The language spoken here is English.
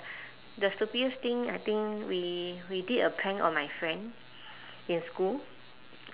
the stupidest thing I think we we did a prank on my friend in school